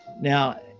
Now